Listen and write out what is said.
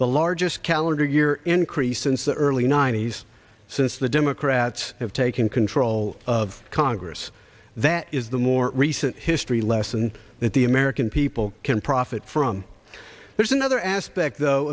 the largest calendar year increase since the early ninety's since the democrats have taken control of congress that is the more recent history lesson that the american people can profit from there's another aspect